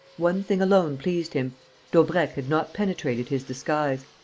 one thing alone pleased him daubrecq had not penetrated his disguise.